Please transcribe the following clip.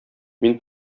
мин